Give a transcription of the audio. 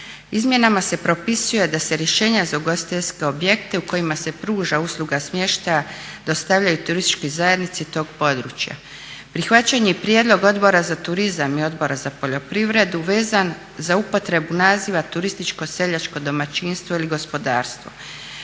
Izmjenama se propisuje da se rješenja za ugostiteljske objekte u kojima se pruža usluga smještaja dostavljaju turističkoj zajednici tog područja. Prihvaćen je i prijedlog Odbora za turizam i Odbora za poljoprivredu vezan za upotrebu naziva turističko seljačko domaćinstvo ili gospodarstvo